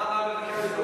מה אמר מבקר הליכוד?